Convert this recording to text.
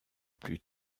plus